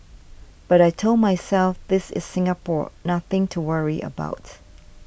but I told myself this is Singapore nothing to worry about